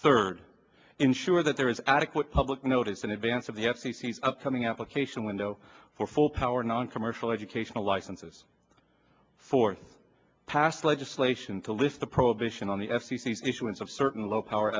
third ensure that there is adequate public notice in advance of the f c c upcoming application window for full power noncommercial educational licenses for pass legislation to lift the prohibition on the f c c issuance of certain low power